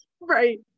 Right